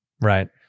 Right